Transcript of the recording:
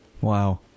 Wow